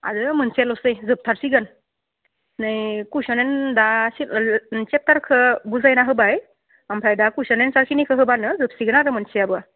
आरो मोनसेल'सै जोबथारसिगोन नै कुइस'ना दा सेप्टारखौ बुजायना होबाय ओमफ्राय दा कुइस'न एन्सारखिनिखौ होबानो जोबसिगोन आरो मोनसेयाबो